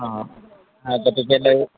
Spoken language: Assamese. অঁ গতিকেলৈ